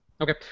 Okay